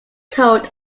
code